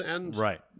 Right